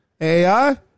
AI